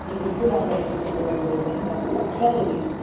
جی بالکل ہم رحیم سبزی والے بولے رہے ہیں بتائیے آپ کو کیا چاہیے